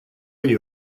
you